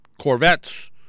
Corvettes